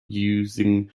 using